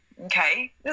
Okay